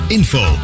info